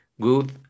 good